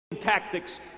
tactics